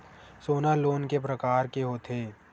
सोना लोन के प्रकार के होथे?